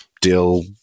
dill